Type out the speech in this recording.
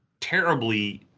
terribly